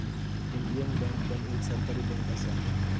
Indian bank पण एक सरकारी बँक असा